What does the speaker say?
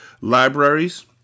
libraries